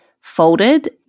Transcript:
folded